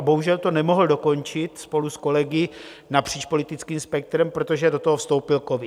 Bohužel to nemohl dokončit spolu s kolegy napříč politickým spektrem, protože do toho vstoupil covid.